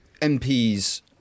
MPs